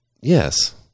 Yes